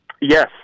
Yes